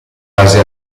base